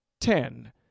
ten